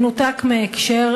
מנותק מהקשר,